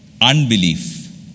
unbelief